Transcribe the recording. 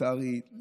לצערי,